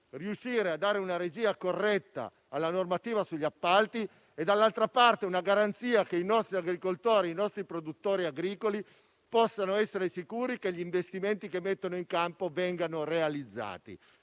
riuscire a dare una regia corretta alla normativa sugli appalti e una garanzia che i produttori agricoli possano essere sicuri che gli investimenti che mettono in campo vengano realizzati.